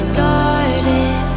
started